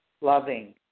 loving